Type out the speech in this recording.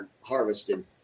harvested